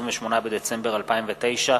28 בדצמבר 2009,